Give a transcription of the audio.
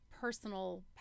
personal